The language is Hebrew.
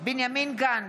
בנימין גנץ,